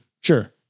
sure